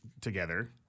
together